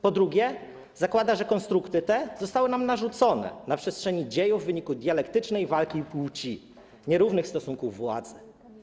Po drugie, zakłada, że konstrukty te zostały nam narzucone na przestrzeni dziejów w wyniku dialektycznej walki płci, nierównych stosunków władzy.